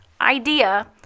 idea